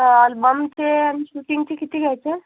अल्बमचे आणि शूटिंगचे किती घ्यायचे